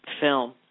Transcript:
film